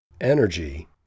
energy